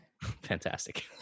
Fantastic